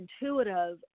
intuitive